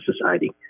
society